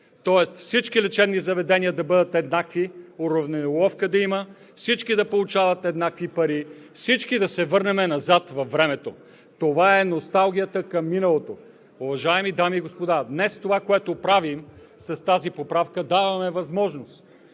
Тоест всички лечебни заведения да бъдат еднакви, да има уравниловка, всички да получават еднакви пари, всички да се върнем назад във времето. Това е носталгията към миналото. Уважаеми дами и господа, днес това, което правим с тази поправка – даваме възможност